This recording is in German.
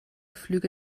flüge